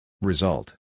Result